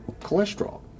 cholesterol